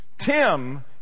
Tim